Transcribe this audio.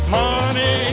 money